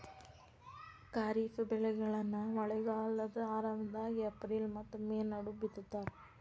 ಖಾರಿಫ್ ಬೆಳೆಗಳನ್ನ ಮಳೆಗಾಲದ ಆರಂಭದಾಗ ಏಪ್ರಿಲ್ ಮತ್ತ ಮೇ ನಡುವ ಬಿತ್ತತಾರ